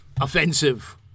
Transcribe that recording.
offensive